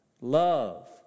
Love